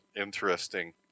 interesting